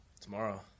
Tomorrow